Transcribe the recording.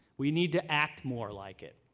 we need to act more like it.